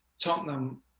tottenham